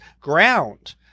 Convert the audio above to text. ground